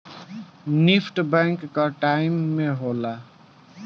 NEFT bank कअ time में होला